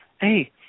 hey